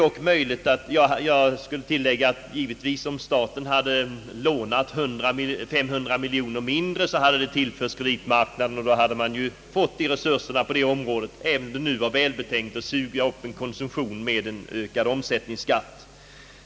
Om staten hade lånat 500 miljoner mindre hade det beloppet givetvis tillförts kreditmarknaden och vi hade då fått en motsvarande ökning av resurserna på det området. Det kan dock av andra skäl ha varit välbetänkt att suga upp köpkraft genom en höjning av omsättningsskatten.